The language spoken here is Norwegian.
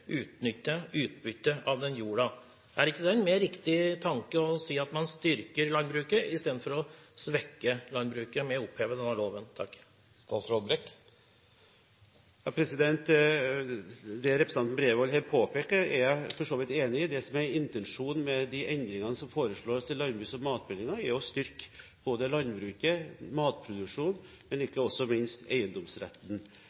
riktig tanke å si at man styrker landbruket istedenfor å svekke landbruket ved å oppheve denne loven? Det representanten Bredvold her påpeker, er jeg for så vidt enig i. Det som er intensjonen med de endringene som foreslås i landbruks- og matmeldingen, er å styrke både landbruket,